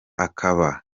akaba